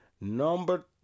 Number